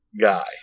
guy